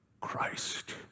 Christ